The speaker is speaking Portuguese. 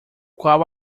qual